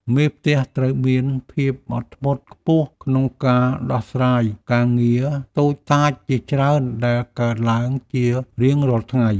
មេផ្ទះត្រូវមានភាពអត់ធ្មត់ខ្ពស់ក្នុងការដោះស្រាយការងារតូចតាចជាច្រើនដែលកើតឡើងជារៀងរាល់ថ្ងៃ។